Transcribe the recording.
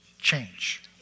change